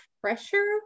pressure